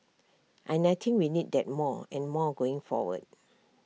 and I think we need that more and more going forward